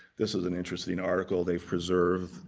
this is an interesting article they've preserved.